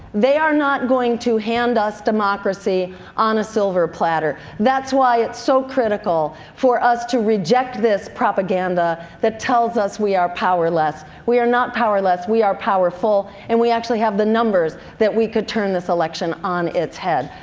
they are not going to hand us our democracy on a silver platter, that's why it's so critical for us to reject this propaganda that tells us we are powerless. we are not powerless, we are powerful and we actually have the numbers that we could turn this election on its head,